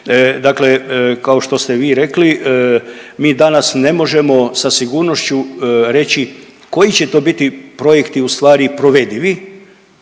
Dakle, kao što ste vi rekli mi danas ne možemo sa sigurnošću reći koji će to biti projekti u stvari provedivi